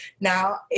now